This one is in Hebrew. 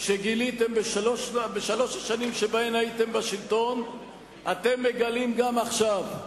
שגיליתם בשלוש השנים שבהן הייתם בשלטון אתם ממשיכים גם עכשיו,